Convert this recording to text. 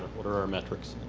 what are our metrics?